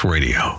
Radio